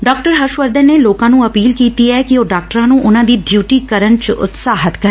ਡਾ ਹਰਸ ਵਰਧਨ ਨੇ ਲੋਕਾਂ ਨੂੰ ਅਪੀਲ ਕੀਤੀ ਐ ਕਿ ਉਹ ਡਾਕਟਰਾਂ ਨੂੰ ਉਨੂਾਂ ਦੀ ਡਿਉਟੀ ਕਰਨ ਚ ਉਤਸ਼ਾਹਿਤ ਕਰਨ